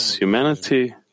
Humanity